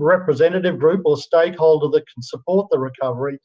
representative group or stakeholder that can support the recovery.